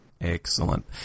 Excellent